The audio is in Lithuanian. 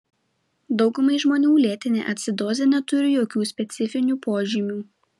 daugumai žmonių lėtinė acidozė neturi jokių specifinių požymių